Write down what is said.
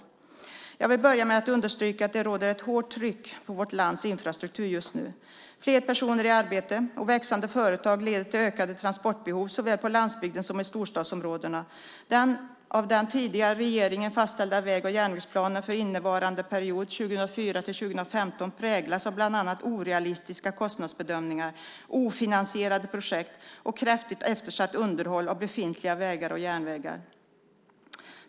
Jag vill börja med att understryka att det råder ett hårt tryck på vårt lands infrastruktur just nu. Fler personer i arbete och växande företag leder till ökande transportbehov såväl på landsbygden som i storstadsområdena. Den av den tidigare regeringen fastställda väg och järnvägsplanen för innevarande period 2004-2015 präglas av bland annat orealistiska kostnadsbedömningar, ofinansierade projekt och kraftigt eftersatt underhåll av befintliga vägar och järnvägar.